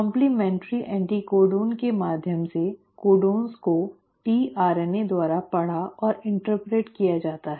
complementary anticodon के माध्यम से कोडोन को tRNA द्वारा पढ़ा और इन्टरप्रेट किया जाता है